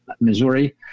Missouri